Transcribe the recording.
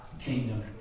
kingdom